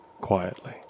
quietly